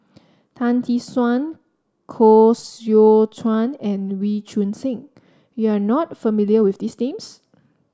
Tan Tee Suan Koh Seow Chuan and Wee Choon Seng you are not familiar with these names